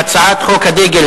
הצעת החוק הדגל,